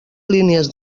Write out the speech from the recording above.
línies